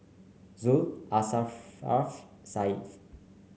Zul Asharaff Syah